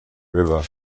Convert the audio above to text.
river